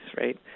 right